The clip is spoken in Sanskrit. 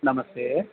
नमस्ते